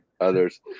others